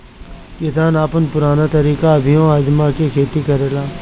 किसान अपन पुरान तरीका अभियो आजमा के खेती करेलें